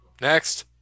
Next